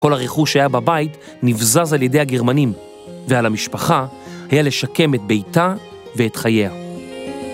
כל הרכוש שהיה בבית נבזז על ידי הגרמנים ועל המשפחה היה לשקם את ביתה ואת חייה.